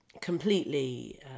completely